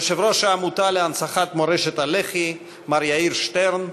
יושב-ראש העמותה להנצחת מורשת לח"י מר יאיר שטרן,